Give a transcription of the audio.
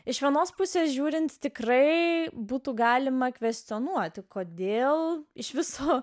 iš vienos pusės žiūrint tikrai būtų galima kvestionuoti kodėl iš visų